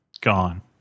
gone